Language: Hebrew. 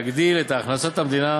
להגדיל את הכנסות מדינת